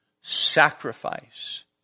sacrifice